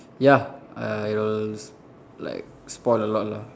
ya I will s~ like spoil a lot lah